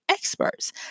Experts